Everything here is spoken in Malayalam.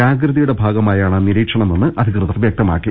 ജാഗ്രതയുടെ ഭാഗമായാണ് നിരീക്ഷണമെന്ന് അധികൃതർ വ്യക്തമാക്കി